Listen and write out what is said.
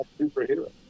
superhero